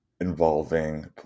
involving